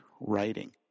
writing